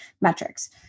metrics